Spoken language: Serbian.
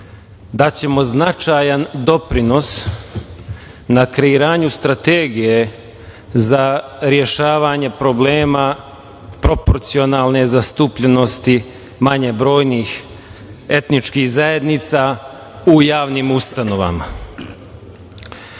daćemo značajan doprinos na kreiranju strategije za rešavanje problema proporcionalne zastupljenosti manje brojnih etničkih zajednica u javnim ustanovama. Kao